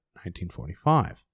1945